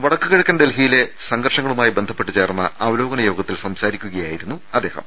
വടക്കു കിഴക്കൻ ഡൽഹിയിലെ സംഘർഷങ്ങളുമായി ബന്ധപ്പെട്ട് ചേർന്ന അവലോകന യോഗത്തിൽ സംസാരിക്കുകയാ യിരുന്നു അദ്ദേഹം